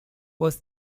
was